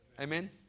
Amen